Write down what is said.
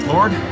Lord